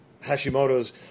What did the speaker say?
Hashimoto's